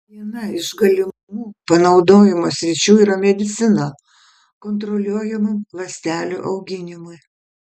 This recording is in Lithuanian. viena iš galimų panaudojimo sričių yra medicina kontroliuojamam ląstelių auginimui